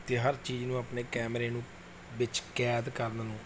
ਅਤੇ ਹਰ ਚੀਜ਼ ਨੂੰ ਆਪਣੇ ਕੈਮਰੇ ਨੂੰ ਵਿੱਚ ਕੈਦ ਕਰਨ ਨੂੰ